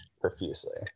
profusely